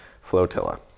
Flotilla